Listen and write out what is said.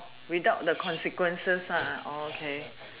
without the consequences okay